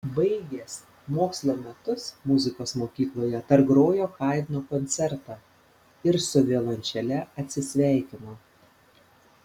baigęs mokslo metus muzikos mokykloje dar grojo haidno koncertą ir su violončele atsisveikino